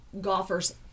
golfers